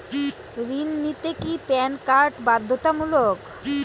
ঋণ নিতে কি প্যান কার্ড বাধ্যতামূলক?